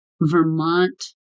Vermont